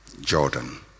Jordan